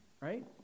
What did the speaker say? right